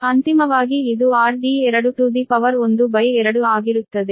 ಅಂತಿಮವಾಗಿ ಇದು rd2 to the power 1 by 2 ಆಗಿರುತ್ತದೆ